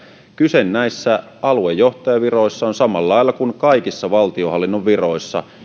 kyse näissä aluejohtajaviroissa on samalla lailla kuin kaikissa valtionhallinnon viroissa